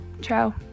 Ciao